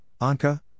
Anka